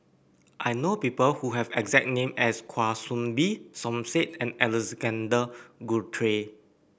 I know people who have exact name as Kwa Soon Bee Som Said and Alexander Guthrie